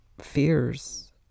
fears